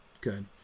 good